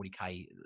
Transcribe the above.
40K